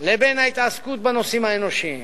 לבין ההתעסקות בנושאים אנושיים.